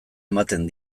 ematen